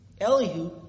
Elihu